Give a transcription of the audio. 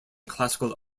classical